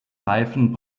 reifen